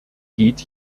geht